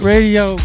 Radio